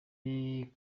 ari